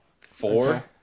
Four